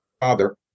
father